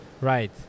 Right